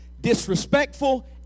disrespectful